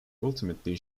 ultimately